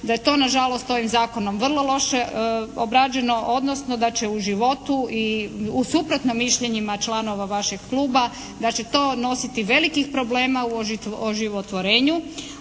da je to na žalost ovim Zakonom vrlo loše obrađeno, odnosno da će u životu i u suprotno mišljenjima članova vašeg kluba, da će to nositi velikih problema u oživotvorenju